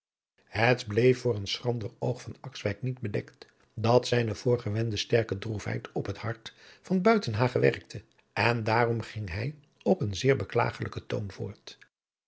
het bleef voor het schrander oog van akswijk niet bedekt dat zijne voorgewende sterke droefheid op het hart van buitenhagen werkte en daarom ging hij op een zeer beklagelijken toon voort